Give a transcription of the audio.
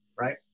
right